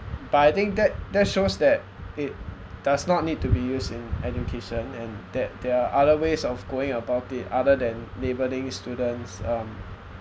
but I think that that shows that it does not need to be used in education and that there are other ways of going about it other than labelling students um